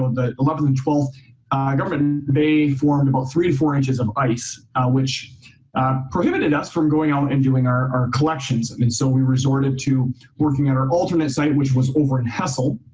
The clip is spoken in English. the eleventh and twelfth government and bay, formed about three to four inches of ice which prohibited us from going on and doing our collections. um and so we resorted to working at our alternate site, which was over in hessel.